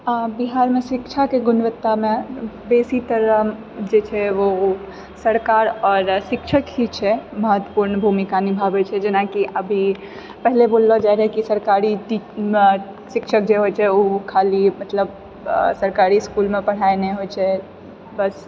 हँ बिहारमे शिक्षाके गुणवत्तामे बेसीतर जे छै ओ सरकार आओर शिक्षक ही छै महत्वपूर्ण भूमिका निभाबै छै जेनाकि अभी पहिले बोललऽ जाइ रहै कि सरकारी शिक्षक जे होइ छै ओ खाली मतलब सरकारी इसकुलमे पढ़ाइ नहि होइ छै बस